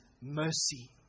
mercy